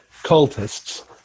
cultists